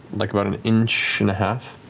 like about an inch and a half,